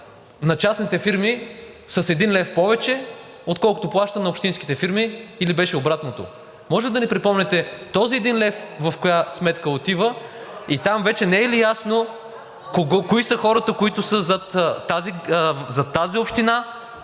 на частните фирми с 1 лв. повече, отколкото плаща на общинските фирми, или беше обратното. Може ли да ни припомните: този 1 лв. в коя сметка отива и там вече не е ли ясно кои са хората зад тази община